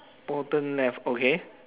bottom left okay